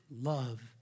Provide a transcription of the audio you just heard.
Love